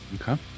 Okay